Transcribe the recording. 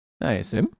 Nice